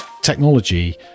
Technology